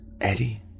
eddie